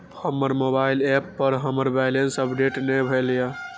हमर mobile app पर हमर बैलेंस अपडेट ने भेल या